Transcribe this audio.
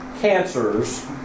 cancers